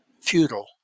feudal